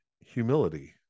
humility